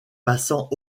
passant